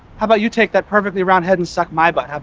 how about you take that perfectly round head and suck my butt,